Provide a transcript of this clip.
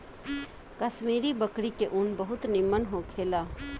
कश्मीरी बकरी के ऊन बहुत निमन होखेला